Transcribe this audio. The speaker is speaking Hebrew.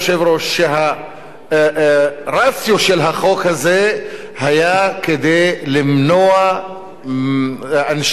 שהרציו של החוק הזה היה למנוע מאנשים,